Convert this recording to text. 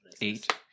Eight